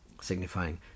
signifying